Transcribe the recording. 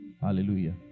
Hallelujah